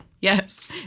Yes